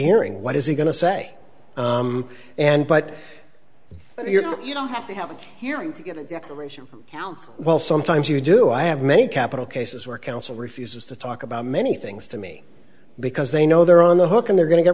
hearing what is he going to say and but you know you don't have to have a hearing to get an operation well sometimes you do i have many capital cases where counsel refuses to talk about many things to me because they know they're on the hook and they're go